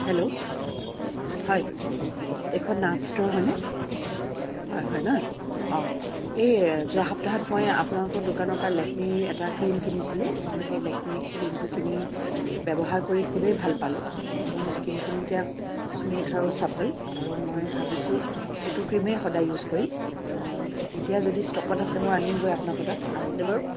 hello ' হয় এইখন Nath store হয়নে হয় হয় ন অঁ এই যোৱা সপ্তাহত মই আপোনালোকৰ দোকানৰ পৰা লেকমিৰ এটা ক্ৰিম কিনিছিলোঁ মই সেই লেকমিৰ ক্ৰিমটো কিনি ব্যৱহাৰ কৰি খুবেই ভাল পালোঁ মোৰ স্কিনখন এতিয়া স্মুথ আৰু ছাপল আৰু মই ভাবিছোঁ সেইটো ক্ৰিমে সদায় ইউজ কৰিম এতিয়া যদি ষ্টকত আছে মই আনিমগৈ আপোনালোকৰ তাত আছেনে বাৰু